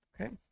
Okay